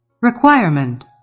Requirement